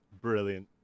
Brilliant